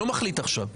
אני לא מחליט עכשיו.